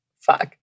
Fuck